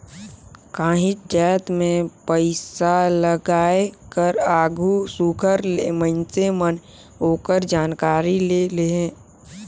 काहींच जाएत में पइसालगाए कर आघु सुग्घर ले मइनसे मन ओकर जानकारी ले लेहें